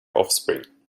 offspring